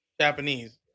Japanese